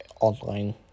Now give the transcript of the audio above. online